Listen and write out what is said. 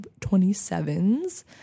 27s